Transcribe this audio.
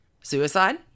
Suicide